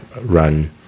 run –